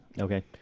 Okay